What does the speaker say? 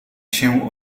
się